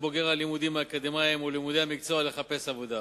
בוגר הלימודים האקדמיים או לימודי המקצוע לחפש עבודה,